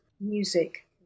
music